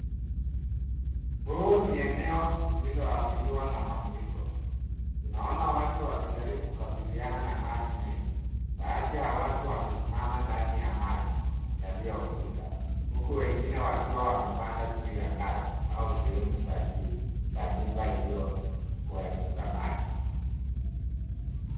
Huu ni eneo lilioathiriwa na mafuriko. Tunaona watu wakijaribu kukabiliana na maji mengi. Baadhi ya watu wamesimama ndani ya maji yaliyofurika, huku wengine wakiwa wemepanda juu ya ngazi au sehemu za juu za nyumba iliyokuepuka maji.